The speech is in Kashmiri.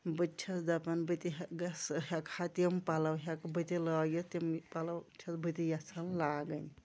بہٕ تہِ چھَس دَپان بہٕ تہِ گژھہٕ ہٮ۪کہٕ ہا تِم پَلو ہٮ۪کہٕ بہٕ تہِ لٲگِتھ تِم پَلو چھَس بہٕ تہِ یژھان لاگٕنۍ